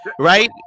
right